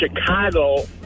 chicago